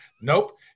Nope